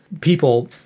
people